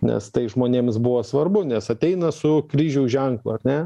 nes tai žmonėms buvo svarbu nes ateina su kryžiaus ženklu ar ne